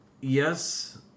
Yes